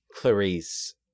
Clarice